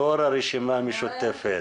יושב ראש הרשימה המשותפת.